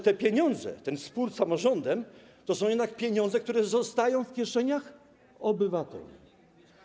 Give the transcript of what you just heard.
Te pieniądze, o które jest spór z samorządem, to są jednak pieniądze, które zostają w kieszeniach obywateli.